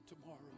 tomorrow